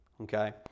Okay